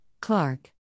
Clark